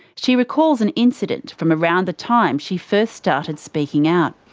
she recalls an incident from around the time she first started speaking out.